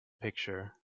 picture